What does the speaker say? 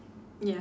ya